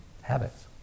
habits